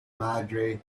madre